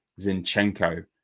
Zinchenko